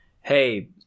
Hey